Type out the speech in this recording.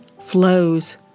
flows